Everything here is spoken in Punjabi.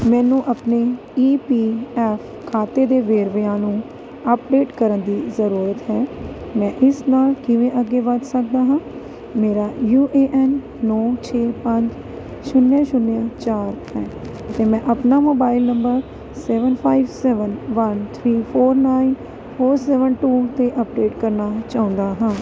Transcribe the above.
ਮੈਨੂੰ ਆਪਣੇ ਈ ਪੀ ਐੱਫ ਖਾਤੇ ਦੇ ਵੇਰਵਿਆਂ ਨੂੰ ਅਪਡੇਟ ਕਰਨ ਦੀ ਜ਼ਰੂਰਤ ਹੈ ਮੈਂ ਇਸ ਨਾਲ ਕਿਵੇਂ ਅੱਗੇ ਵੱਧ ਸਕਦਾ ਹਾਂ ਮੇਰਾ ਯੂ ਏ ਐਨ ਨੌਂ ਛੇ ਪੰਜ ਛੁਨਿਆ ਛੁਨਿਆ ਚਾਰ ਹੈ ਅਤੇ ਮੈਂ ਆਪਣਾ mobile number seven five seven one three four nine four seven two 'ਤੇ ਅਪਡੇਟ ਕਰਨਾ ਚਾਹੁੰਦਾ ਹਾਂ